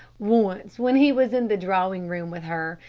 once when he was in the drawing-room with her,